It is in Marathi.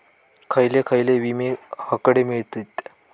खयले खयले विमे हकडे मिळतीत?